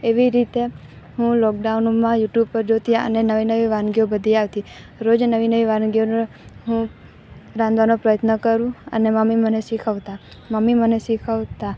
એવી રીતે હું લોકડાઉનમાં યુટુબ પર જોતી અને નવી નવી વાનગીઓ બધી આવતી રોજ નવી નવી વાનગીઓનું હું રાંધવાનું પ્રયત્ન કરું અને મમ્મી મને શીખવતા મમ્મી મને શીખવતા